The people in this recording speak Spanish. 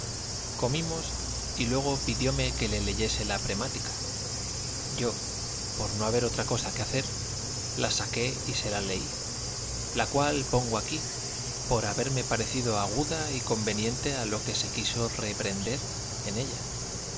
comimos y luego pidióme que le leyese la premática yo por no haber otra cosa que hacer la saqué y se la leí la cual pongo aquí por haberme parecido aguda y conveniente a lo que se quiso reprehender en ella